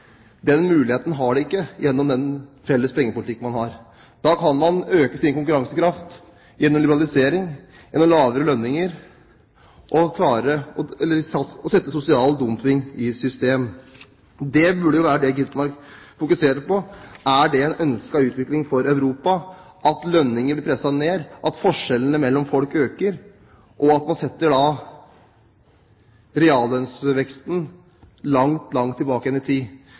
Den muligheten har de ikke gjennom den felles pengepolitikken man har. Da kan man øke sin konkurransekraft gjennom liberalisering, lavere lønninger og å sette sosial dumping i system. Det Gitmark burde fokusere på, er: Er det en ønsket utvikling for Europa at lønninger blir presset ned, at forskjellene mellom folk øker, og at man setter reallønnsveksten langt tilbake i tid?